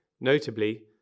Notably